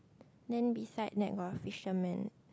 then beside that got a fisherman